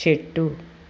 చెట్టు